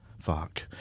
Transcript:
Fuck